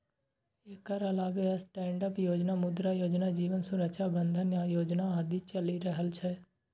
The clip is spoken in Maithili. एकर अलावे स्टैंडअप योजना, मुद्रा योजना, जीवन सुरक्षा बंधन योजना आदि चलि रहल छै